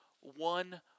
one